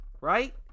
right